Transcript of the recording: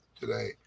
today